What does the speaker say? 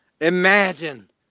Imagine